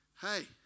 Hey